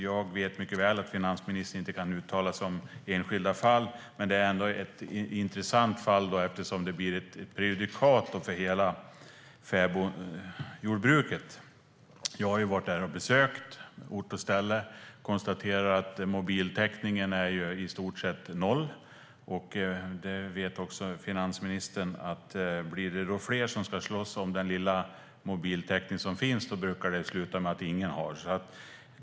Jag vet mycket väl att finansministern inte kan uttala sig om enskilda fall, men det här är intressant eftersom det blir ett prejudikat för hela fäbodjordbruket. Jag har varit på besök på ort och ställe och kan konstatera att mobiltäckningen i stort sett är noll. Även finansministern vet att om fler ska slåss om den lilla mobiltäckning som finns brukar det sluta med att ingen har någon.